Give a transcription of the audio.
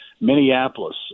Minneapolis